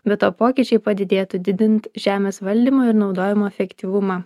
be to pokyčiai padidėtų didint žemės valdymo ir naudojimo efektyvumą